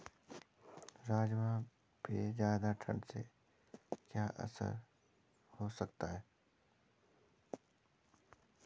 राजमा पे ज़्यादा ठण्ड से क्या असर हो सकता है?